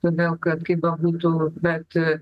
todėl kad kaip bebūtų bet